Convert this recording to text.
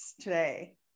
today